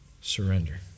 surrender